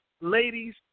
Ladies